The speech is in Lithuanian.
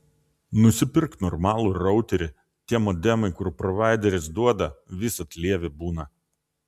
nusipirk normalų routerį tie modemai kur provaideris duoda visad lievi būna